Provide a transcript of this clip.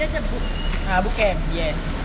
ah boot camp yes